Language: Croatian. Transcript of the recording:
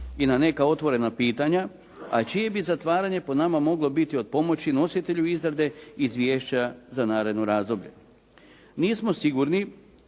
i na neka otvorena pitanja a čije bi zatvaranje po nama moglo biti od pomoći nositelju izrade izvješća za naredno razdoblje. Nismo sigurni